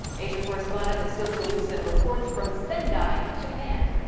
asia correspondent lucille talusan reports from sendai, japan.